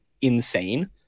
insane